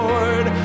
Lord